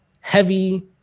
heavy